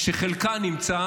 שחלקה נמצא